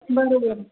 बरोबर आहे